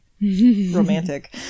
romantic